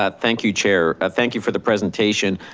ah thank you, chair, thank you for the presentation.